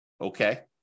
Okay